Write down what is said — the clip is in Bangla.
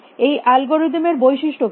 এই অ্যালগরিদম এর বৈশিষ্ট্য কী